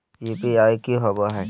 UPI की होबो है?